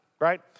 right